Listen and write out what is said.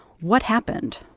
what happened?